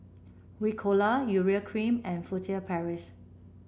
Ricola Urea Cream and Furtere Paris